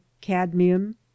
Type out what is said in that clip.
cadmium